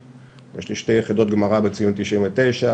יש לי שתי יחידות גמרא בציון 99,